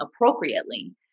appropriately